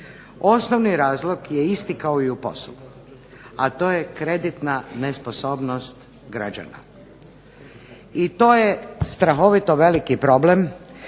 Osnovni razlog je isti kao i u POS-u, a to je kreditna nesposobnost građana i to je strahovito veliki problem